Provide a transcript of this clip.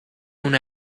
una